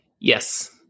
Yes